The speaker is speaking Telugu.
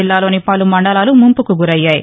జిల్లాల్లోని పలు మండలాలు ముంపుకు గురయ్యాయి